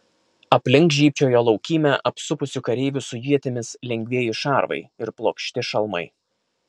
aplink žybčiojo laukymę apsupusių kareivių su ietimis lengvieji šarvai ir plokšti šalmai